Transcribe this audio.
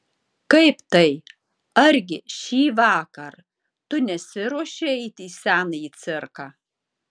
kaip tai argi šįvakar tu nesiruoši eiti į senąjį cirką